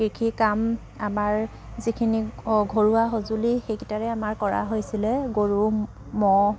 কৃষি কাম আমাৰ যিখিনি ঘৰুৱা সঁজুলি সেইকেইটাৰে আমাৰ কৰা হৈছিলে গৰু ম'হ